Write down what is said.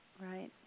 right